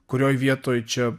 kurioj vietoj čia